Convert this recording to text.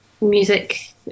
music